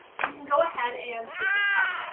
you can go ahead and take it out.